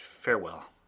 farewell